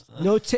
No